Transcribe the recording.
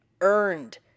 earned